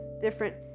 different